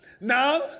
now